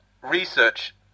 research